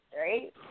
right